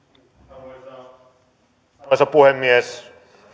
arvoisa arvoisa puhemies